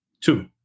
Two